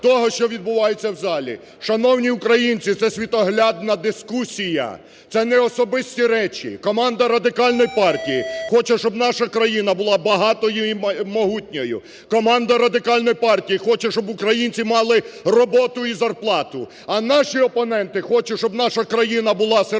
того, що відбувається в залі. Шановні українці, це світоглядна дискусія, це не особисті речі. Команда Радикальної партії хоче, щоб наша країна була багатою і могутньою. Команда Радикальної партії хоче, щоб українці мали роботу і зарплату, а наші опоненти хочуть, щоб наша країна була сировинною